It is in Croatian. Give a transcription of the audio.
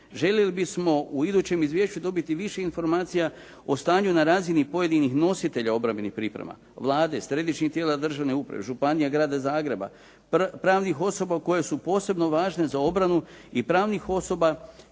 željeli bismo u idućem izvješću dobiti više informacija o stanju na razini pojedinih nositelja obrambenih priprema, Vlade, središnjih tijela državne uprave, županija, Grada Zagreba, pravnih osoba koje su posebno važne za obranu i pravnih osoba